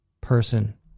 person